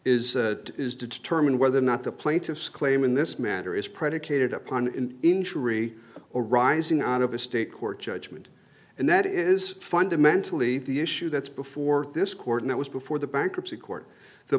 to determine whether or not the plaintiffs claim in this matter is predicated upon in injury or arising out of a state court judgment and that is fundamentally the issue that's before this court and it was before the bankruptcy court the